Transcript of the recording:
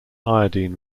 iodine